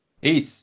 Peace